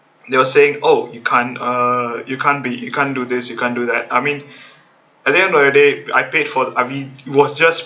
they were saying oh you can't uh you can't be you can't do this you can't do that I mean at the end of the day I paid for I mean it was just